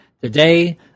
Today